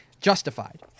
Justified